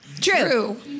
True